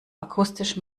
akustisch